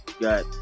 Got